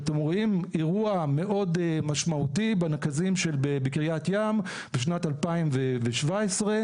ואתם רואים אירוע מאוד משמעותי בנקזים בקריית ים בשנת 2017,